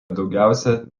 daugiausia